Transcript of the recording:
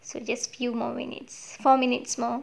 so just few more minutes four minutes more